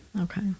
Okay